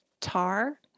Tar